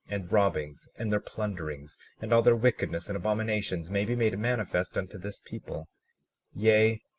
and robbings, and their plunderings, and all their wickedness and abominations, may be made manifest unto this people yea,